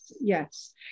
Yes